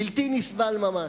בלתי נסבל ממש.